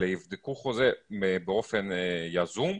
אלא יבדקו את החוזה באופן יזום,